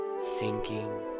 Sinking